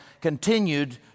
continued